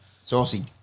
Saucy